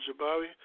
Jabari